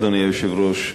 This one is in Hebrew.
אדוני היושב-ראש,